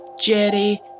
Jerry